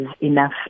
enough